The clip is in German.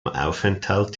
aufenthalt